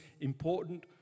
important